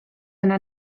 yna